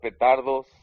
petardos